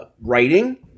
writing